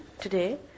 today